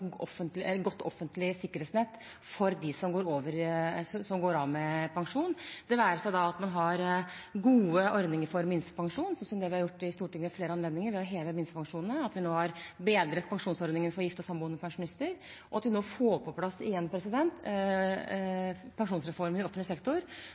et godt offentlig sikkerhetsnett for dem som går av med pensjon, det være seg gode ordninger for minstepensjon, slik vi ved flere anledninger har gjort i Stortinget gjennom å heve minstepensjonene, at vi nå har bedret pensjonsordningen for gifte og samboende pensjonister, og at vi nå får på plass igjen